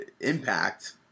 Impact